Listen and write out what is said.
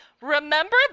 Remember